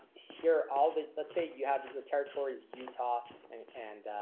here all the let's say you have your territories utah and and